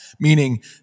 meaning